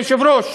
אדוני היושב-ראש,